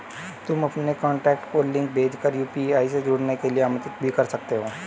तुम अपने कॉन्टैक्ट को लिंक भेज कर यू.पी.आई से जुड़ने के लिए आमंत्रित भी कर सकते हो